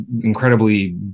incredibly